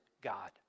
God